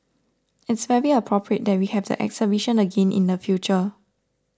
it's very appropriate that we have the exhibition again in the future